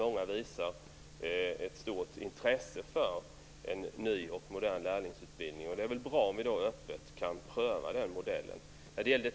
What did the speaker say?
Många visar ett stort intresse för en ny och modern lärlingsutbildning. Det är bra om vi öppet kan pröva den modellen.